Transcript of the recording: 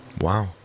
Wow